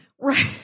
right